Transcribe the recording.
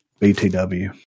BTW